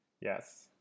Yes